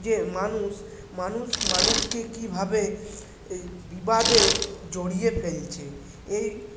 যে মানুষ মানুষ মানুষকে কীভাবে বিবাদে জড়িয়ে ফেলছে এই